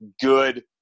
good